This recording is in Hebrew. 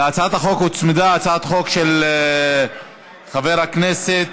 להצעת החוק הוצמדה הצעת חוק של חבר הכנסת